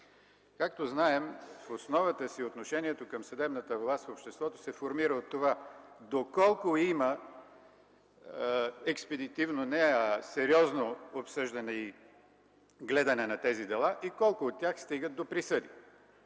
Както знаем, в основата си отношението към съдебната власт в обществото се формира от това – доколко има сериозно обсъждане и гледане на тези дела и колко от тях стигат до присъди.